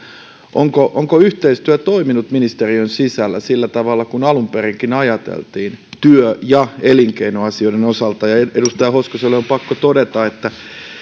onko yhteistyö toiminut ministeriön sisällä sillä tavalla kuin alun perin ajateltiin työ ja elinkeinoasioiden osalta edustaja hoskoselle on pakko todeta että